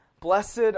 Blessed